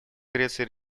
греции